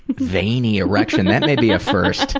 veiny erection, that may be a first.